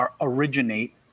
originate